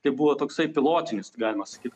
tai buvo toksai pilotinis galima sakyt